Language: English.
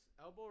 elbow